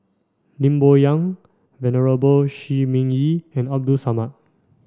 Lim Bo Yam Venerable Shi Ming Yi and Abdul Samad